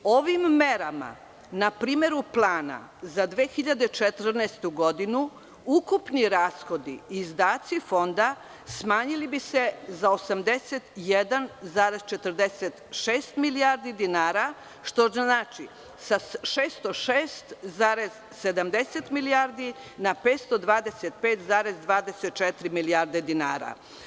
Ovim merama na primeru plana za 2014. godinu ukupni rashodi i izdaci Fonda smanjili bi se za 81,46 milijardi dinara, što znači – sa 606,70 milijardi na 525,24 milijardi dinara.